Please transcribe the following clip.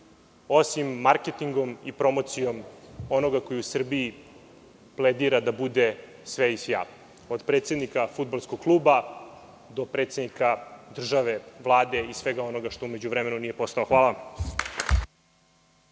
osim marketingom i promocijom onoga ko u Srbiji pledira da bude sve i sja, od predsednika fudbalskog kluba do predsednika države, Vlade, i svega onoga što u međuvremenu nije postao. Hvala